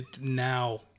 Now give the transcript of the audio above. now